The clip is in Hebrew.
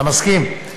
אתה מסכים?